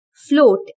Float